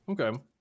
Okay